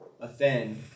offend